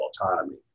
autonomy